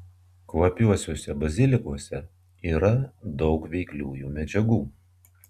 kvapiuosiuose bazilikuose yra daug veikliųjų medžiagų